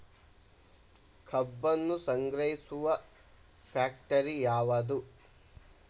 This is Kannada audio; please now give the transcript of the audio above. ಕಬ್ಬನ್ನು ಸಂಗ್ರಹಿಸುವ ಫ್ಯಾಕ್ಟರಿ ಯಾವದು?